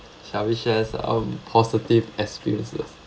shall we share some positive experiences